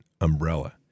umbrella